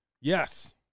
Yes